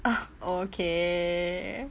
ugh okay